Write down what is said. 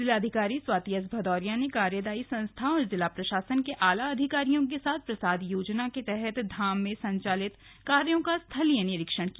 जिलाधिकारी स्वाति एस भदौरिया ने कार्यदायी संस्था और जिला प्रशासन के आला अधिकारियों के साथ प्रसाद योजना के तहत धाम में संचालित कार्यों का स्थलीय निरीक्षण किया